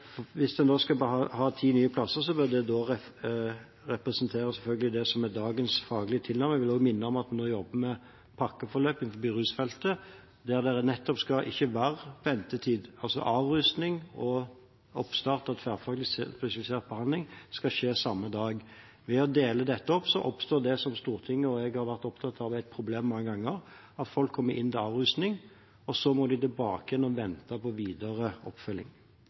Hvis en da skal ha ti nye plasser, bør det selvfølgelig representere det som er dagens faglige tilnærming. Jeg vil også minne om at en nå jobber med pakkeforløp innenfor rusfeltet, der det nettopp ikke skal være ventetid, altså at avrusning og oppstart av tverrfaglig spesialisert behandling skal skje samme dag. Ved å dele dette opp oppstår det som Stortinget og jeg mange ganger har vært opptatt av er et problem, at folk kommer inn til avrusning, og så må de tilbake igjen og vente på videre oppfølging.